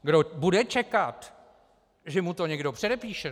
Kdo bude čekat, že mu to někdo předepíše?